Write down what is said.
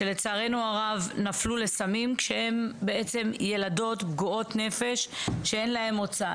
שלצערנו הרב נפלו לסמים כשהן בעצם ילדות פגועות נפש שאין להן מוצא.